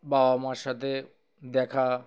বাবা মার সাথে দেখা